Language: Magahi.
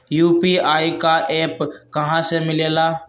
यू.पी.आई का एप्प कहा से मिलेला?